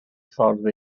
ffordd